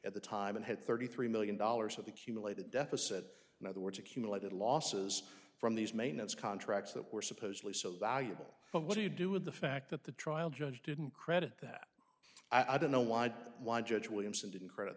at the time and had thirty three million dollars of the cumulated deficit in other words accumulated losses from these maintenance contracts that were supposedly so there you go but what do you do with the fact that the trial judge didn't credit that i don't know why one judge williamson didn't credit